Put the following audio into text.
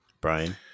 Brian